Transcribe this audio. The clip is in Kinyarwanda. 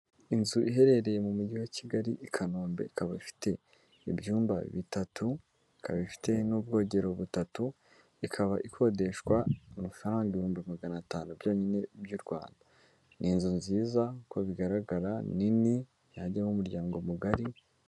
Inzu iherereye mu mujyi wa Kigali i Kanombe ikaba ifite ibyumba bitatu ifite n'ubwogero butatu ikaba ikodeshwa mu faranga ibihumbi magana atanu byonyine by'u Rwanda ni inzu nziza uko bigaragara nini yajyamo nk'umuryango mugari.